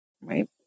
right